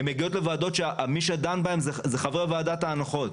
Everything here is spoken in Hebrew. מגיעות לוועדות שמי שדן בהן הם חברי ועדת ההנחות.